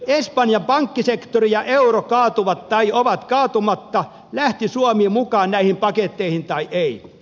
espanjan pankkisektori ja euro kaatuvat tai ovat kaatumatta lähti suomi mukaan näihin paketteihin tai ei